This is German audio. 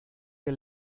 wir